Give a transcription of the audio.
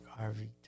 RV